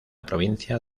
provincia